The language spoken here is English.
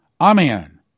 Amen